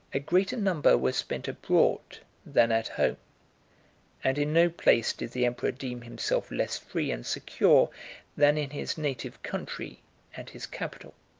a greater number were spent abroad than at home and in no place did the emperor deem himself less free and secure than in his native country and his capital.